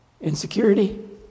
Insecurity